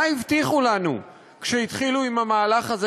מה הבטיחו לנו כשהתחילו עם המהלך הזה,